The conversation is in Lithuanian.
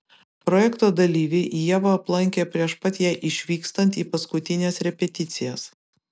projekto dalyviai ievą aplankė prieš pat jai išvykstant į paskutines repeticijas